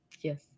yes